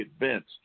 events